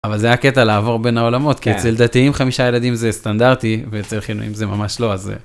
אבל זה הקטע לעבור בין העולמות כי אצל דתיים חמישה ילדים זה סטנדרטי ואצל חילונים זה ממש לא אז זה.